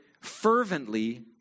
fervently